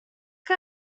que